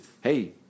hey